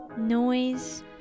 noise